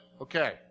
Okay